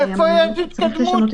איפה יש התקדמות?